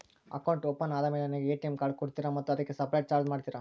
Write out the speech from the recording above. Account open ಆದಮೇಲೆ ನನಗೆ ATM card ಕೊಡ್ತೇರಾ ಮತ್ತು ಅದಕ್ಕೆ ಸಪರೇಟ್ ಚಾರ್ಜ್ ಮಾಡ್ತೇರಾ?